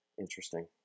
Interesting